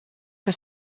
que